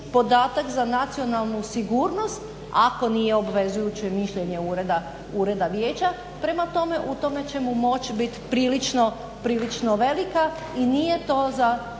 podatak za nacionalnu sigurnost ako nije obvezujuće mišljenje Ureda vijeća, prema tome u tome će mu moć biti prilično velika i nije to za